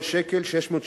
מיליון